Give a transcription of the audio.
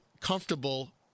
comfortable